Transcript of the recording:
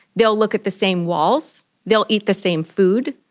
they will look at the same walls, they will eat the same food,